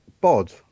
Bod